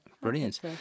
Brilliant